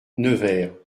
nevers